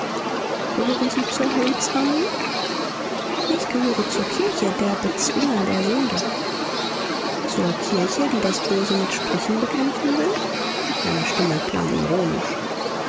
gehören sie zur heilsarmee ich gehöre zur kirche der bezwinger der sünde zur kirche die das böse mit sprüchen bekämpfen will seine stimme klang ironisch